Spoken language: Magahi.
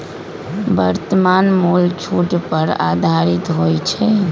वर्तमान मोल छूट पर आधारित होइ छइ